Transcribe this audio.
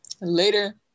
Later